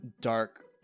dark